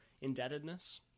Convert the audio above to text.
indebtedness